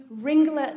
ringlet